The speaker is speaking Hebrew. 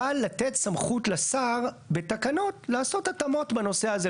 אבל לתת סמכות לשר בתקנות לעשות התאמות בנושא הזה.